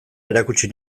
erakutsi